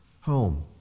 home